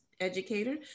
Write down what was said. educator